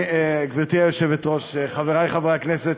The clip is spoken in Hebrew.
גברתי היושבת-ראש, חברי חברי הכנסת,